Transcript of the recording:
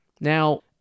Now